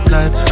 life